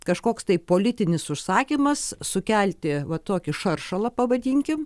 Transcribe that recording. kažkoks tai politinis užsakymas sukelti va tokį šaršalą pavadinkim